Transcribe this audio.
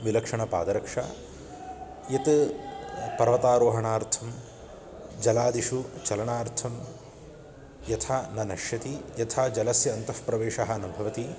विलक्षणपादरक्षा यत् पर्वतारोहणार्थं जलादिषु चलनार्थं यथा न नश्यति यथा जलस्य अन्तः प्रवेशः न भवति